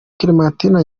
clementine